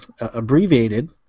abbreviated